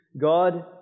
God